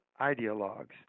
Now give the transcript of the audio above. ideologues